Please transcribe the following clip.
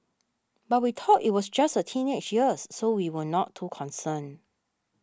but we thought it was just her teenage years so we were not too concerned